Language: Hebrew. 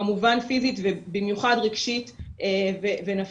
כמובן פיזית ובמיוחד רגשית ונפשית.